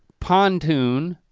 pontoon,